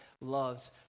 loves